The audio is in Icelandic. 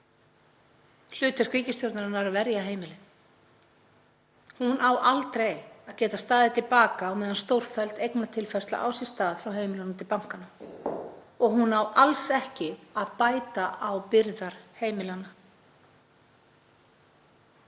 hlutverk ríkisstjórnarinnar að verja heimilin. Hún á aldrei getað staðið til baka á meðan stórfelld eignatilfærsla á sér stað frá heimilunum til bankanna og hún á alls ekki að bæta á byrðar heimilanna.